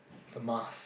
it's a must